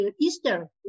Easter